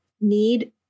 need